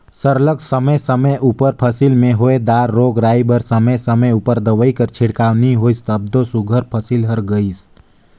सरलग समे समे उपर फसिल में होए दार रोग राई बर समे समे उपर दवई कर छिड़काव नी होइस तब दो सुग्घर फसिल हर गइस